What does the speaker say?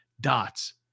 dots